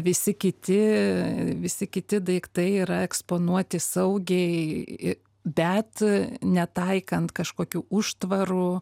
visi kiti visi kiti daiktai yra eksponuoti saugiai bet netaikant kažkokių užtvarų